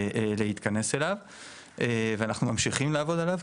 להתכנס אליו ואנחנו ממשיכים לעבוד עליו,